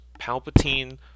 Palpatine